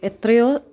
എത്രയോ